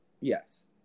yes